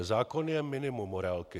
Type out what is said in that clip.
Zákon je minimum morálky.